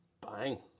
Bang